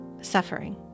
suffering